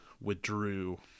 withdrew